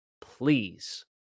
please